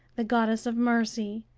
the goddess of mercy,